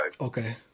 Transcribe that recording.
Okay